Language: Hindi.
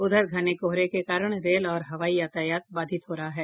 उधर घने कोहरे के कारण रेल और हवाई यातायात बाधित हो रहा है